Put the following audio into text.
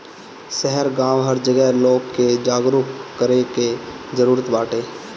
शहर गांव हर जगह लोग के जागरूक करे के जरुरत बाटे